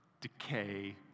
decay